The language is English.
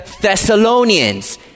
Thessalonians